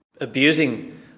abusing